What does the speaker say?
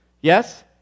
Yes